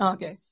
Okay